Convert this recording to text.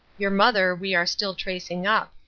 your mother we are still tracing up.